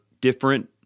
different